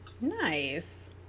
nice